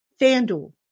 Fanduel